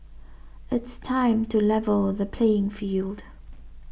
it's time to level the playing field